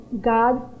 God